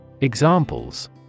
Examples